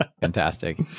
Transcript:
Fantastic